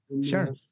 sure